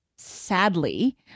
sadly